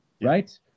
right